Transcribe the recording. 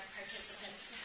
participants